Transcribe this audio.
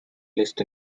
list